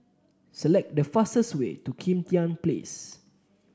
select the fastest way to Kim Tian Place